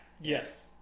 Yes